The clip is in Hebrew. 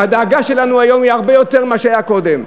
הדאגה שלנו היום היא הרבה יותר ממה שהייתה קודם,